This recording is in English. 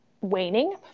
waning